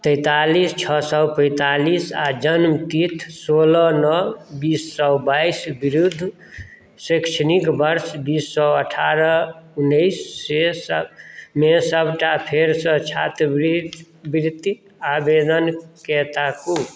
तैंतालिस छओ सए पैँतालिस आओर जन्मतिथि सोलह नओ बीस सए बाइस विरुद्ध शैक्षणिक वर्ष बीस सए अठारह उन्नैसमे सभटा फेरसँ छात्रवृति आवेदनके ताकू